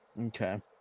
okay